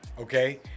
okay